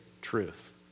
truth